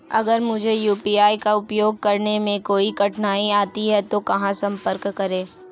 अगर मुझे यू.पी.आई का उपयोग करने में कोई कठिनाई आती है तो कहां संपर्क करें?